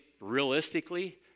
realistically